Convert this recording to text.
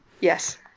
Yes